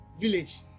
village